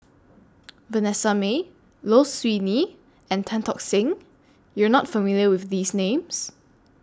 Vanessa Mae Low Siew Nghee and Tan Tock Seng YOU Are not familiar with These Names